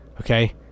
Okay